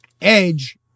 Edge